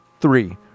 Three